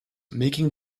making